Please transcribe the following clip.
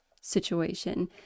situation